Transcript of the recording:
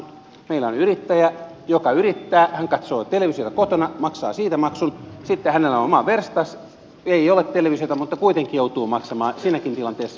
jos meillä on yrittäjä joka yrittää katsoo televisiota kotona maksaa siitä maksun ja sitten hänellä on oma verstas jossa ei ole televisiota niin kuitenkin hän joutuu maksamaan siinäkin tilanteessa maksun